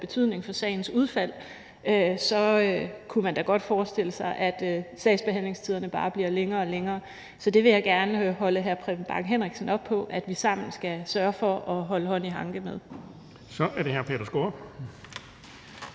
betydning for sagens udfald, kunne man da godt forestille sig, at sagsbehandlingstiderne bare bliver længere og længere. Så det vil jeg gerne holde hr. Preben Bang Henriksen op på, altså at vi sammen skal sørge for at holde hånd i hanke med